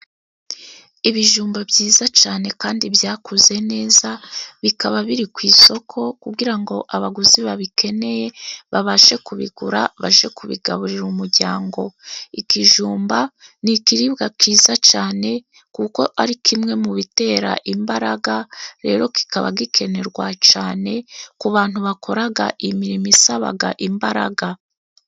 Ibijumba byiza cyane kandi byakuze neza, bikaba biri ku isoko kugira ngo abaguzi babikeneye babashe kubigura bajye kubigaburira umuryango. Ikijumba ni ikiribwa kiza cyane, kuko ari kimwe mu bitera imbaraga, rero kikaba gikenerwa cyane, ku bantu bakora imirimo isaba imbaraga.